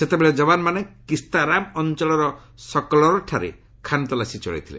ସେତେବେଳେ ଯବାନମାନେ କିସ୍ତାରାମ ଅଞ୍ଚଳର ସକ୍ଲର୍ଠାରେ ଖାନତଲାସୀ ଚଳାଇଥିଲେ